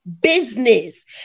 business